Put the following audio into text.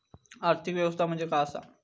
आर्थिक व्यवस्थापन म्हणजे काय असा?